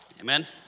Amen